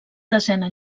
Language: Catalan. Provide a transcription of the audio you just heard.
desena